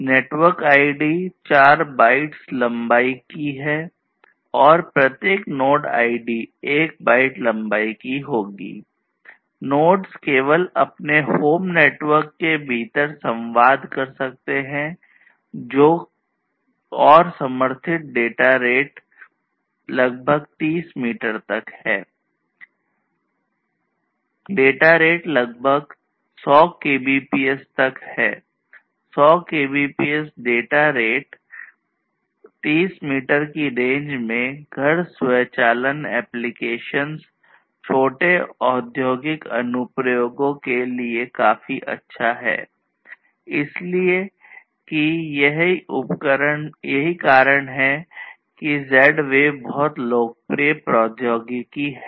network ID बहुत लोकप्रिय प्रौद्योगिकी है